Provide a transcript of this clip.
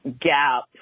gap